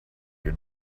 your